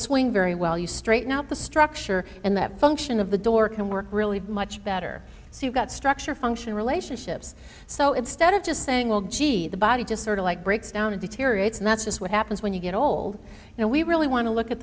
swing very well you straighten out the structure and that function of the door can work really much better so you've got structure function relationships so instead of just saying well gee the body just sort of like breaks down and deteriorates and that's just what happens when you get old you know we really want to look at